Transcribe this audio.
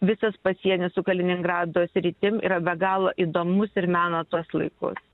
visas pasienis su kaliningrado sritim yra be galo įdomus ir mena tuos laikus